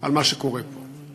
על מה שקורה פה.